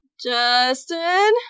Justin